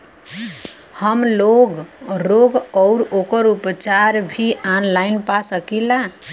हमलोग रोग अउर ओकर उपचार भी ऑनलाइन पा सकीला?